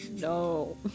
No